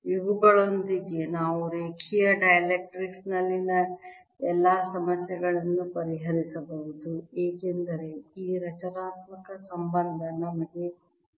ಇವುಗಳೊಂದಿಗೆ ನಾವು ರೇಖೀಯ ಡೈಎಲೆಕ್ಟ್ರಿಕ್ಸ್ ನಲ್ಲಿನ ಎಲ್ಲಾ ಸಮಸ್ಯೆಗಳನ್ನು ಪರಿಹರಿಸಬಹುದು ಏಕೆಂದರೆ ಈ ರಚನಾತ್ಮಕ ಸಂಬಂಧ ನನಗೆ ತಿಳಿದಿದೆ